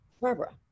Barbara